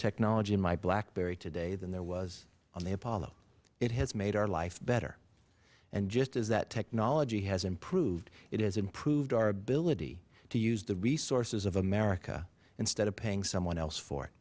technology in my blackberry today than there was on the apollo it has made our life better and just as that technology has improved it has improved our ability to use the resources of america instead of paying someone else for